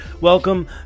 Welcome